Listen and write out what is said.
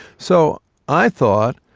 so i thought,